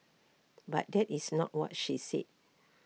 but that is not what she said